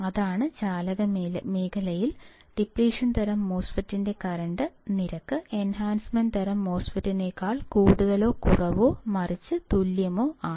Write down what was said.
അതായത് ചാലക മേഖലയിൽ ഡിപ്ലിഷൻ തരം MOSFETന്റെ കറണ്ട് നിരക്ക് എൻഹാൻസ്മെൻറ് തരം MOSFETനേക്കാൾ കൂടുതലോ കുറവോ മറിച്ച് തുല്യമാണ്